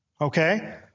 Okay